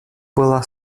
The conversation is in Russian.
была